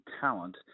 talent